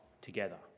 together